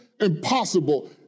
impossible